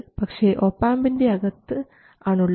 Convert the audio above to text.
പക്ഷേ ഇത് ഒപാംപിൻറെ അകത്ത് ആണുള്ളത്